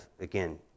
again